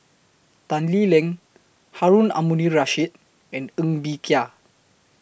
Tan Lee Leng Harun Aminurrashid and Ng Bee Kia